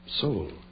soul